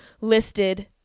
listed